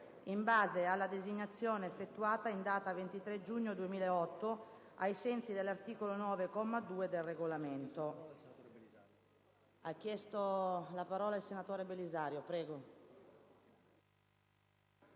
in base alla designazione effettuata in data 23 giugno 2008, ai sensi dell'articolo 9, comma 2, del Regolamento.